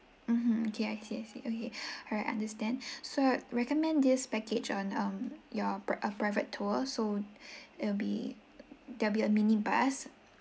mmhmm okay I see I see okay alright I understand so I recommend this package on um your pri~ private tour so it'll be there'll be a mini bus